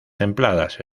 templadas